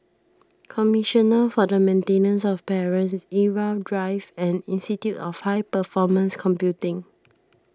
commissioner for the Maintenance of Parents Irau Drive and Institute of High Performance Computing